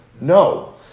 no